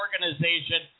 organization